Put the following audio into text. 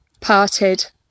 parted